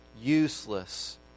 Useless